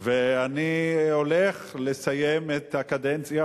ואני הולך לסיים את הקדנציה,